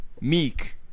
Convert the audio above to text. Meek